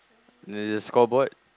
the the scoreboard